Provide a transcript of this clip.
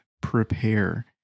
prepare